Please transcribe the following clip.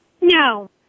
No